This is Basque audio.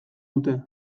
dute